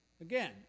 Again